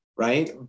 Right